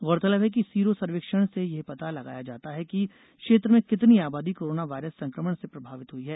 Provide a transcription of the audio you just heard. गौरतलब है कि सीरो सर्वेक्षण से यह पता लगाया जाता है कि क्षेत्र में कितनी आबादी कोरोना वायरस संक्रमण से प्रभावित हुई है